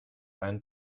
einen